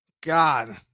God